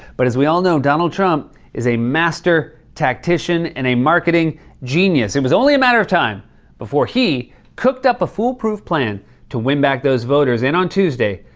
but as we all know, donald trump is a master tactician and a marketing genius. it was only a matter of time before he cooked up a foolproof plan to win back those voters. and on tuesday,